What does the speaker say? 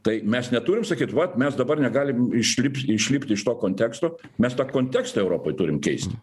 tai mes neturim sakyt vat mes dabar negalim išlipt išlipt iš to konteksto mes tą kontekstą europoj keisti